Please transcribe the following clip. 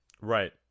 Right